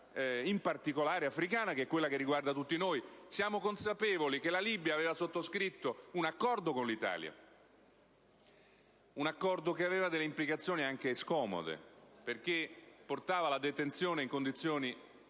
in particolare africana, che è quella che riguarda tutti noi. Siamo consapevoli che la Libia aveva sottoscritto un accordo con l'Italia, che aveva implicazioni anche scomode perché portava alla detenzione, in condizioni